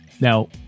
Now